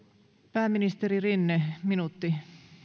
pääministeri rinne minuutti